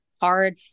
hard